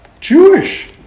Jewish